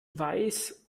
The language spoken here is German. weiß